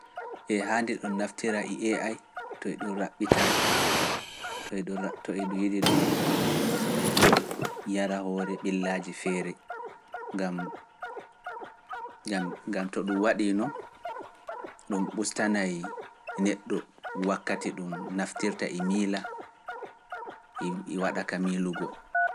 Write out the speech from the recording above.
Ɗum naftira e ee ay to eɗum raɓɓita, to eɗum yiɗi ɗum yara hoore ɓillaaji feere,. ngam to ɗum waɗiino ɗum ustanay neɗɗo wakkati ɗum naftirta e miila, e waɗa ka miilugo.